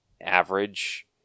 average